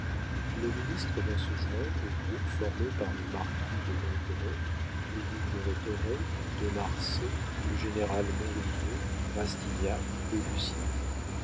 le ministre vint se joindre au groupe formé par le marquis de ronquerolles le duc de rhétoré de marsay le général montriveau rastignac et lucien